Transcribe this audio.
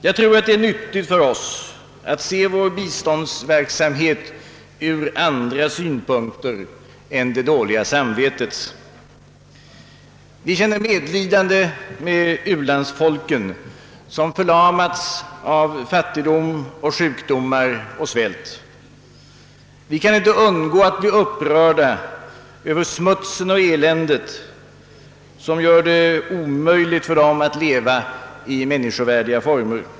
Jag tror att det är nyttigt för oss att se vår biståndsverksamhet från andra synpunkter än det dåliga samvetets. Vi känner medlidande med u-landsfolken, som förlamas av fattigdom, sjukdomar och svält. Vi kan inte undgå att bli upprörda över smutsen och eländet som gör det omöjligt för dem att leva i människovärdiga former.